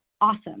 awesome